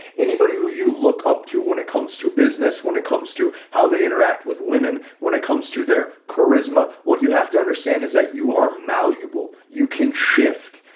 anybody who you look up to when it comes to business, when it comes to how they interact with women, when it comes to their charisma, what you have to understand is that you are malleable, you can shift,